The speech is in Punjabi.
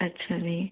ਅੱਛਾ ਜੀ